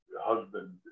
husband